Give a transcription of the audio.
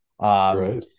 Right